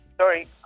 Sorry